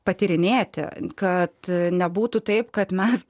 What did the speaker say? patyrinėti kad nebūtų taip kad mes